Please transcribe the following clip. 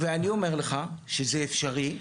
ואני אומר לך שזה אפשרי,